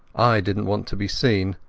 i didnat want to be seen,